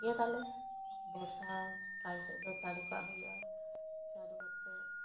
ᱜᱮᱫᱟᱞᱮ ᱵᱚᱨᱥᱟ ᱠᱟᱞ ᱥᱮᱡ ᱫᱚ ᱪᱟᱰᱚ ᱠᱟᱜ ᱦᱩᱭᱩᱜᱼᱟ ᱪᱟᱰᱚ ᱠᱟᱛᱮ